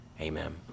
Amen